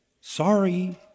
sorry